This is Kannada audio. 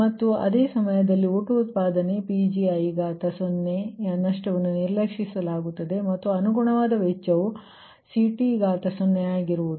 ಮತ್ತು ಅದೇ ಸಮಯದಲ್ಲಿ ಒಟ್ಟು ಉತ್ಪಾದನೆ Pgi0ನ ನಷ್ಟವನ್ನು ನಿರ್ಲಕ್ಷಿಸಲಾಗುತ್ತದೆ ಮತ್ತು ಅನುಗುಣವಾದ ವೆಚ್ಚವು CT0 ಆಗಿರುವುದು